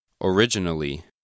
originally